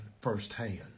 firsthand